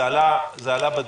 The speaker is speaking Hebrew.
זה עלה בדיונים.